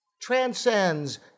transcends